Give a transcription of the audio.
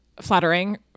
flattering